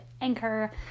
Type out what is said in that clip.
Anchor